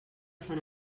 fan